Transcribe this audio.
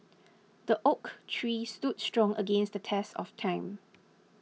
the oak tree stood strong against the test of time